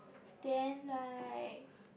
then like